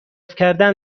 کردن